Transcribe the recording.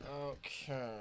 Okay